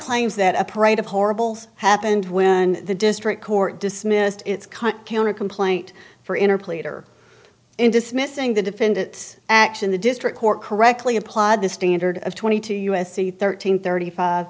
claims that a parade of horribles happened when the district court dismissed its cut counter complaint for inner pleader in dismissing the defendant's action the district court correctly applied the standard of twenty two u s c thirteen thirty five